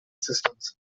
systems